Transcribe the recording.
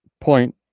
point